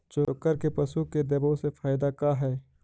चोकर के पशु के देबौ से फायदा का है?